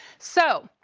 so,